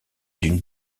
d’une